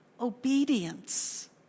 obedience